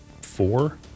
Four